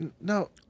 No